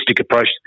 approach